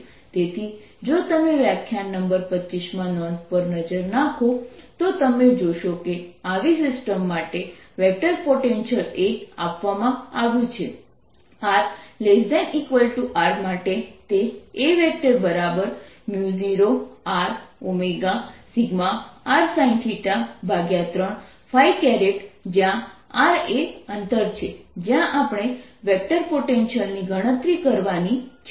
તેથી જો તમે વ્યાખ્યાન નંબર 25 માં નોંધ પર નજર નાખો તો તમે જોશો કે આવી સિસ્ટમ માટે વેક્ટર પોટેન્શિયલ A આપવામાં આવ્યું છે r ≤ R માટે તે A 0Rωσrsinθ3 જ્યાં r એ અંતર છે જ્યાં આપણે વેક્ટર પોટેન્શિયલ ની ગણતરી કરવાની છે